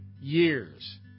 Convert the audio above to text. years